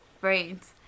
brains